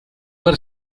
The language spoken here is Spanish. ver